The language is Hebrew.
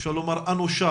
אפשר לומר אנושה,